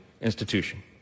institution